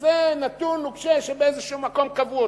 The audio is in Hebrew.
זה נתון נוקשה שקבעו אותו במקום כלשהו,